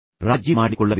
ರಾಜಿ ಮಾಡಿಕೊಳ್ಳಬೇಡಿ